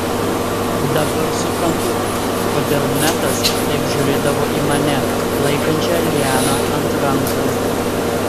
dabar suprantu kodėl metas taip žiūrėdavo į mane laikančią lianą ant rankų